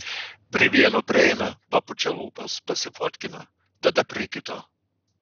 prie vieno prieina papučia lūpas pasifotkina tada prie kito